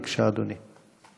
בבקשה, אדוני.